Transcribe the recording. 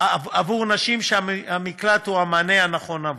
עבור נשים שהמקלט הוא המענה הנכון עבורן.